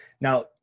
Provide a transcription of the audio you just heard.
Now